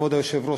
כבוד היושב-ראש,